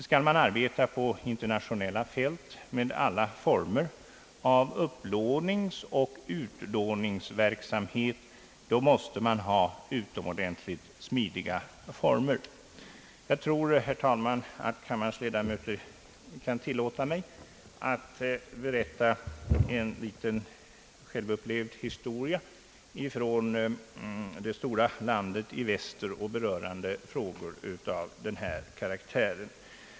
Skall man arbeta på internationella fält med alla former av upplåningsoch utlåningsverksamhet måste man ha utomordentligt smidiga former. Jag tror, herr talman, att kammarens ledamöter tillåter mig att berätta en liten självupplevd historia från det stora landet i väster vilken berör frågor av den här karaktären.